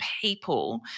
people